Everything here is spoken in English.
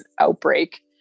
outbreak